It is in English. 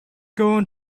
going